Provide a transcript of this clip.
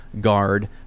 guard